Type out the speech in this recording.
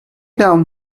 down